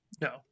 no